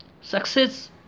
Success